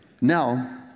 now